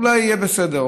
אולי יהיה בסדר.